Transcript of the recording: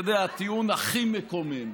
אתה יודע, הטיעון הכי מקומם,